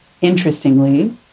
interestingly